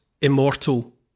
immortal